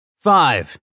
Five